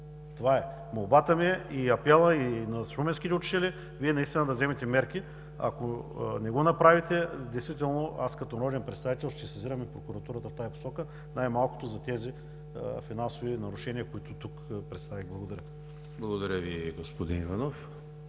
Това е! Молбата ми и апелът на шуменските учители е Вие настина да вземете мерки. Ако не го направите, аз като народен представител ще сезирам и Прокуратурата в тази посока, най-малкото за тези финансови нарушения, които тук представих. Благодаря. ПРЕДСЕДАТЕЛ ЕМИЛ ХРИСТОВ: Благодаря Ви, господин Иванов.